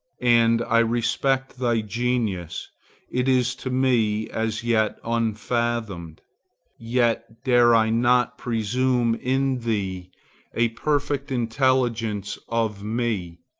and i respect thy genius it is to me as yet unfathomed yet dare i not presume in thee a perfect intelligence of me,